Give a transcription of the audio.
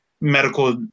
medical